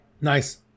nice